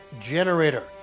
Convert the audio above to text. generator